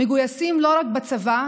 מגויסים לא רק בצבא,